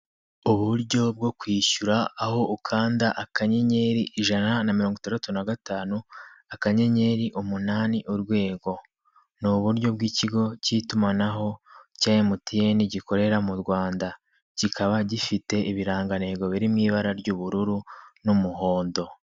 Uburyo bwo kwishyura aho ukanda akanyenyeri ijana na mirongo itandatu na gatanu akanyenyeri umunani urwego, ni uburyo bw'ikigo cy'itumanaho cya mtn gikorera mu Rwanda, kikaba gifite ibirangantego biri mu ibara ry'ubururu n'umuhondo.